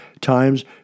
times